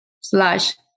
slash